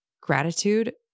gratitude